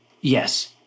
Yes